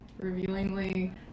revealingly